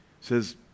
says